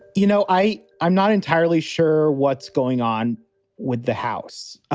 you know, i i'm not entirely sure what's going on with the house.